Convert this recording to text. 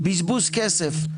בזבוז כסף.